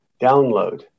download